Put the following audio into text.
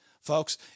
Folks